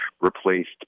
replaced